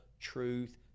truth